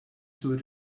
sur